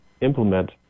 implement